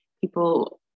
people